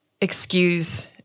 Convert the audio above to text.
excuse